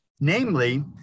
namely